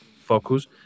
focus